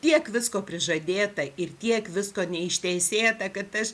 tiek visko prižadėta ir tiek visko neištesėta kad aš